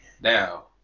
now